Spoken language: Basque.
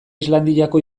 islandiako